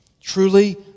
Truly